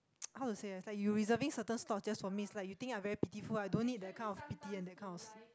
how to say ah is like you reserving certain slots just for me it's like you think I very pitiful ah I don't need that kind of pity and that kind of